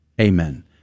Amen